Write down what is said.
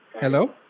Hello